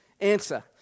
answer